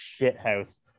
shithouse